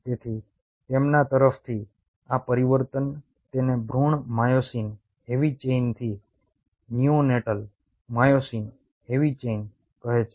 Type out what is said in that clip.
તેથી તેમના તરફથી આ પરિવર્તન તેને ભૃણ માયોસિન હેવી ચેઇનથી નિયોનેટલ માયોસિન હેવી ચેઇન કહે છે